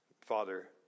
Father